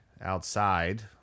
outside